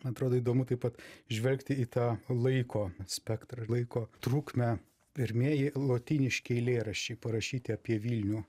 atrodo įdomu taip pat žvelgti į tą laiko spektrą ir laiko trukmę pirmieji lotyniški eilėraščiai parašyti apie vilnių